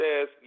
says